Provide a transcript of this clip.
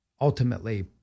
ultimately